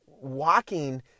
walking